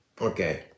Okay